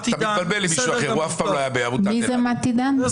מתי דן --- אתה מתבלבל עם מישהו אחר,